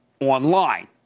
online